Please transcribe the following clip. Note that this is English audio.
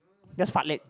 that's